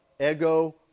ego